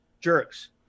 jerks